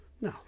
No